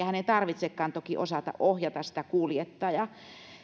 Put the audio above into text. hänen toki tarvitsekaan osata ohjata sitä kuljettajaa